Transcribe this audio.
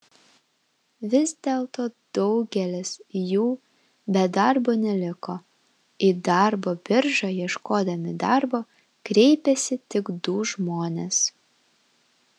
vis dėlto daugelis jų be darbo neliko į darbo biržą ieškodami darbo kreipėsi tik du žmonės